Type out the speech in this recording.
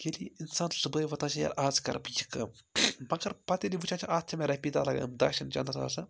ییٚلہِ یہِ اِنسانَس صُبحٲے واتان چھِ ییٚلہِ اَز کَرٕ بہٕ یہِ کٲم مگر پَتہٕ ییٚلہِ وٕچھان چھِ اَتھ چھِ مےٚ رۄپیہِ دَہ لَگان أمۍ داشَن چَندَس آسان